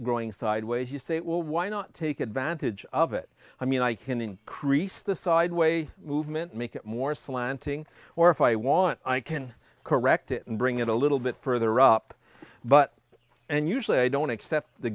growing sideways you say well why not take advantage of it i mean i can increase the sideways movement make it more slanting or if i want i can correct it and bring it a little bit further up but and usually i don't accept the